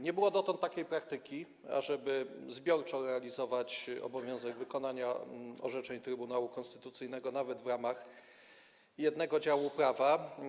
Nie było dotąd takiej praktyki, ażeby zbiorczo realizować obowiązek wykonania orzeczeń Trybunału Konstytucyjnego nawet w ramach jednego działu prawa.